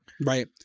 Right